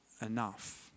enough